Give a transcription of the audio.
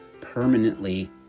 permanently